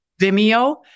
Vimeo